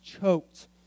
choked